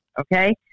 Okay